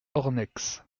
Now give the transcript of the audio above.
ornex